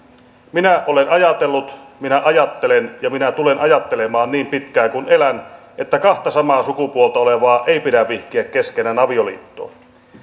minä olen ajatellut minä ajattelen ja minä tulen ajattelemaan niin pitkään kuin elän että kahta samaa sukupuolta olevaa ei pidä vihkiä keskenään avioliittoon